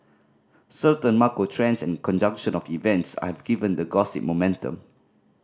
certain macro trends and a conjunction of events have given the gossip momentum